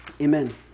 Amen